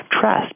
trust